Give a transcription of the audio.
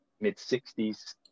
mid-60s